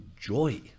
joy